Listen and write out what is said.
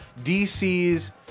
DC's